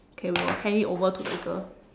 okay we will hand it over to the girl